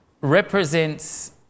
represents